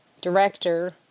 director